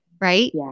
right